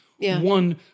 One